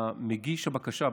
מגיש הבקשה,